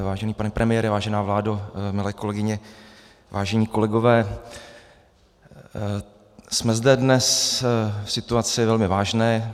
Vážený pane premiére, vážená vládo, milé kolegyně, vážení kolegové, jsme zde dnes v situaci velmi vážné.